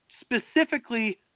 specifically